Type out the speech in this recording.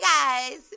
guys